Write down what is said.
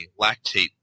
lactate